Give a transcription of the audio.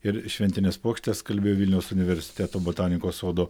ir šventines puokštes kalbėjo vilniaus universiteto botanikos sodo